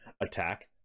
attack